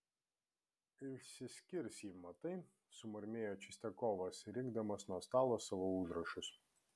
išsiskirs ji matai sumurmėjo čistiakovas rinkdamas nuo stalo savo užrašus